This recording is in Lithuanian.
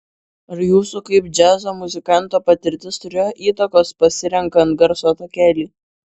ar jūsų kaip džiazo muzikanto patirtis turėjo įtakos pasirenkant garso takelį